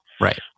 Right